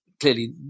clearly